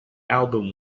album